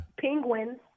Penguins